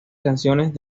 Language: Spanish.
canciones